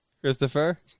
Christopher